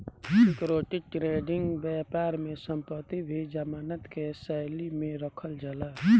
security trading बैपार में संपत्ति भी जमानत के शैली में रखल जाला